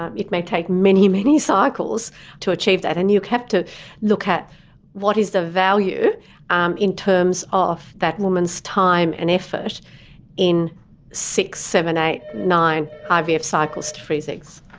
um it may take many, many cycles to achieve that. and you have to look at what is the value um in terms of that woman's time and effort in six, seven, eight, nine ivf cycles to freeze eggs.